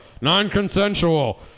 non-consensual